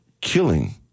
killing